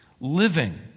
living